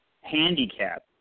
handicap